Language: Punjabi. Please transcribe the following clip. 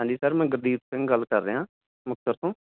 ਹਾਂਜੀ ਸਰ ਮੈਂ ਗੁਰਦੀਪ ਸਿੰਘ ਗੱਲ ਕਰ ਰਿਹਾ ਮੁਕਤਸਰ ਤੋਂ